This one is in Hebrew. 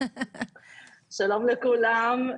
שלום לכולם.